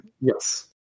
yes